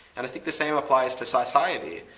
and i think the same applies to society.